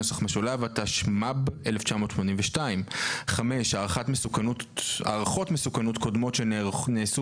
התשמ"ב-1982; (5)הערכות מסוכנות קודמות שנעשו